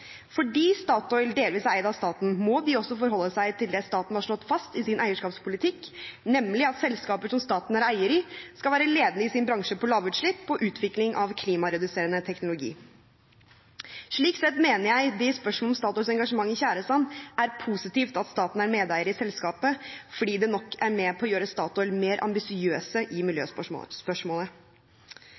Fordi Statoil delvis er eid av staten, må de også forholde seg til det staten har slått fast i sin eierskapspolitikk, nemlig at selskaper som staten er eier i, skal være ledende i sin bransje på lavutslipp og utvikling av klimareduserende teknologi. Slik sett mener jeg det i spørsmålet om Statoils engasjement i tjæresand er positivt at staten er medeier i selskapet, fordi det nok er med på å gjøre Statoil mer ambisiøs i